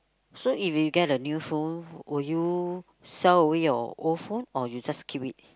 so if you get a new phone would you sell away your old phone or you just keep it